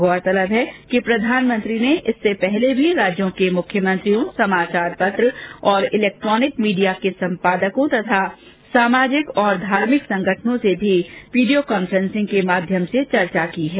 गौरतलब है कि प्रधानमंत्री ने इसके पूर्व भी राज्यों के मुख्यमंत्रियों समाचार पत्र और इलेक्ट्रानिक मीडिया के संपादकों और सामाजिक तथा धार्मिक संगठनों से भी वीडियो कांफ्रेसिंग के माध्यम से चर्चा कर चुके हैं